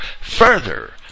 further